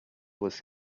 was